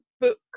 book